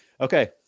Okay